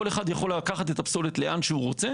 כל אחד יכול לקחת את הפסולת לאן שהוא רוצה.